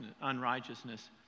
unrighteousness